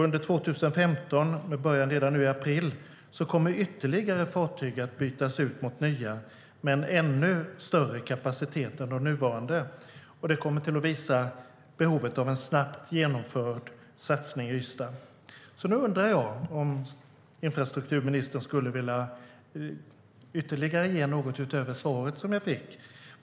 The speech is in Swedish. Under 2015, med början i april, kommer ytterligare fartyg bytas ut mot nya med större kapacitet än de nuvarande, vilket påvisar behovet av en snabbt genomförd satsning i Ystad.Jag undrar om infrastrukturministern skulle vilja ge mig något ytterligare svar utöver det jag fick.